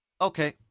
Okay